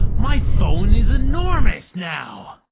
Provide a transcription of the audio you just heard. my phone is enormous now!